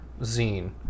zine